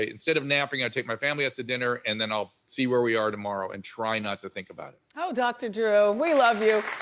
ah instead of napping, i take my family out to dinner and then i'll see where we are tomorrow and try not to think about it. oh, dr. drew, we love you.